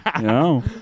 No